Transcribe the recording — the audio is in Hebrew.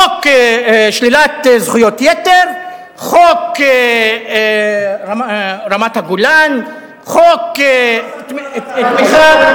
חוק שלילת זכויות יתר, חוק רמת-הגולן, חוק תמיכה,